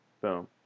Boom